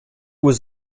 was